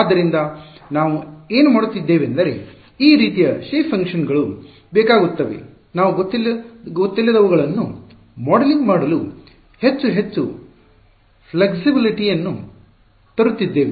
ಆದ್ದರಿಂದ ನಾವು ಏನು ಮಾಡುತ್ತಿದ್ದೇವೆಂದರೆ ಈ ರೀತಿಯ ಆಕಾರ ಕಾರ್ಯಗಳನ್ನು ಶೇಪ್ ಫಂಕ್ಷನ್ ಗಳು ಬೇಕಾಗುತ್ತವೆ ನಾವು ಗೊತ್ತಿಲ್ಲದವುಗಳನ್ನು ಮಾಡೆಲಿಂಗ್ ಮಾಡಲು ಹೆಚ್ಚು ಹೆಚ್ಚು ನಮ್ಯತೆ ಫ್ಲೆಕ್ಸಿಬಿಲಿಟಿ ಯನ್ನು ತರುತ್ತಿದ್ದೇವೆ